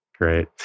Great